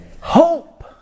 hope